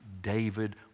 David